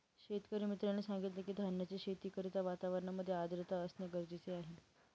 शेतकरी मित्राने सांगितलं की, धान्याच्या शेती करिता वातावरणामध्ये आर्द्रता असणे गरजेचे आहे